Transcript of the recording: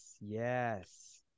Yes